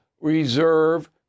reserve